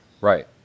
Right